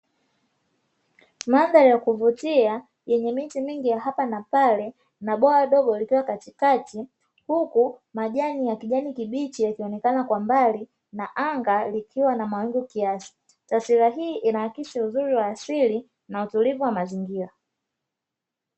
Mandhari ya kuvutia yenye miti mingi ya hapa na pale na bwawa dogo likiwa katikati; huku majani ya kijani kibichi yakionekana kwa mbali na anga likiwa na mawingu kiasi. Taswira hii inaaksi uzuri wa asili na utulivu wa mazingira.